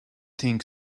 think